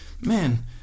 man